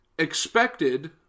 Expected